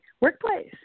workplace